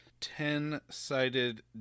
Ten-sided